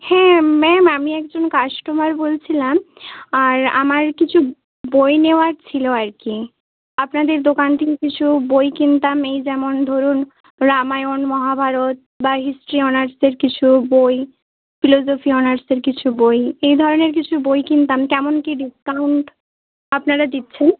হ্যাঁ ম্যাম আমি একজন কাস্টমার বলছিলাম আর আমার কিছু বই নেওয়ার ছিল আর কি আপনাদের দোকান থেকে কিছু বই কিনতাম এই যেমন ধরুন রামায়ণ মহাভারত বা হিস্ট্রি অনার্সের কিছু বই ফিলোজফি অনার্সের কিছু বই এই ধরনের কিছু বই কিনতাম কেমন কী ডিসকাউন্ট আপনারা দিচ্ছেন